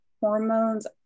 hormones